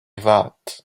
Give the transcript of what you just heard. vat